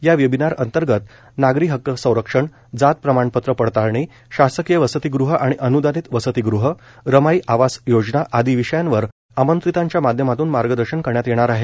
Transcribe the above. या वेबिनार अंतर्गत नागरी हक्क संरक्षण जात प्रमाणपत्र पडताळणी शासकीय वसतिगृह आणि अनुदानित वसतिगृह रमाई आवास योजना आदि विषयांवर आमंत्रितांच्या माध्यमातून मार्गदर्शन करण्यात येणार आहे